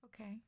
Okay